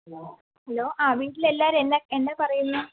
hello ആ വീട്ടിൽ എല്ലാവരും എന്നാ എന്നാ പറയുന്നെ